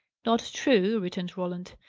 not true! returned roland.